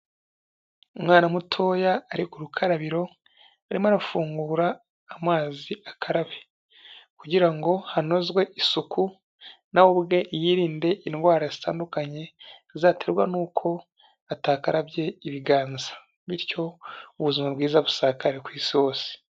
Umwana mutoya ari ku rukarabiro, arimo arafungura amazi akarabe kugira ngo hanozwe isuku na we ubwe yirinde indwara zitandukanye zaterwa n'uko atakarabye ibiganza bityo ubuzima bwiza busakare ku isi hose.